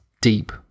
deep